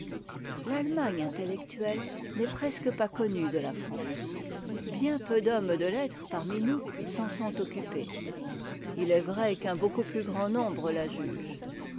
l'allemagne intellectuelle n'est presque pas con nue de la france bien'peu d'hommes de lettres parmi nous s'en sont occupés il est vrai qu'un beaucoup plus grand nombre la juge